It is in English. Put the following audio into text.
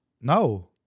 No